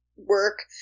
work